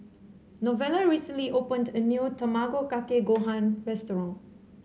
Novella recently opened a new Tamago Kake Gohan restaurant